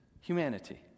humanity